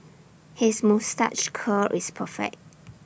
his moustache curl is perfect